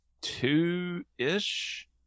two-ish